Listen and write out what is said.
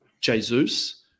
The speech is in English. Jesus